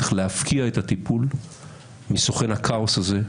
צריך להפקיע את הטיפול מסוכן הכאוס הזה,